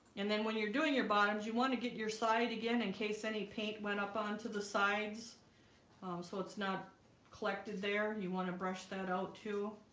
and then when you're doing your bottoms you want to get your side again in and case any paint went up onto the sides so it's not collected there you want to brush that out, too?